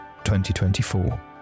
2024